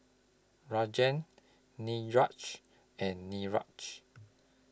Rajan Niraj and Niraj